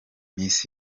miss